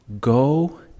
go